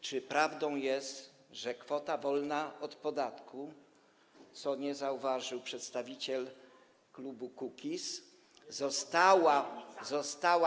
Czy prawdą jest, że kwota wolna od podatku, czego nie zauważył przedstawiciel klubu Kukiz’15, została.